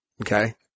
Okay